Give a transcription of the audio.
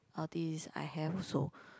all this I have also